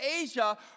Asia